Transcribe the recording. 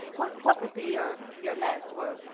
what what would be your your last word?